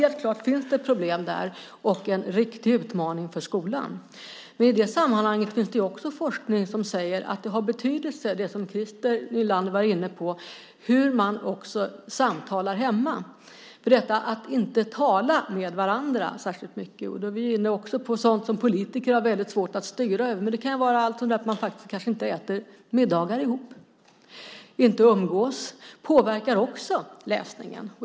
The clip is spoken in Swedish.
Helt klart finns det ett problem där och en riktig utmaning för skolan. Det finns också forskning som säger att det har betydelse, som Christer Nylander var inne på, hur man samtalar hemma. När det gäller detta att man inte talar med varandra särskilt mycket är vi inne på sådant som politiker har väldigt svårt att styra över. Alltifrån att man inte äter middagar ihop, inte umgås, påverkar läsningen.